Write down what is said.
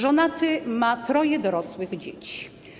Żonaty, ma troje dorosłych dzieci.